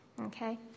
okay